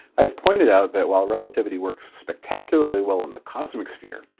i have pointed out that while relativity works spectacularly well in the cosmic sphere,